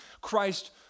Christ